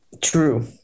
true